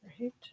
Right